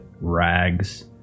rags